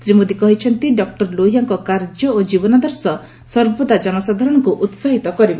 ଶ୍ରୀ ମୋଦି କହିଛନ୍ତି ଡକ୍କର ଲୋହିଆଙ୍କ କାର୍ଯ୍ୟ ଓ ଜୀବନାଦର୍ଶ ସର୍ବଦା ଜନସାଧାରଣଙ୍କୁ ଉସାହିତ କରିବ